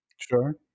Sure